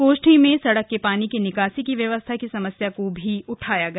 गोष्ठी में सड़क के पानी के निकासी की व्यवस्था की समस्या को भी उठाया गया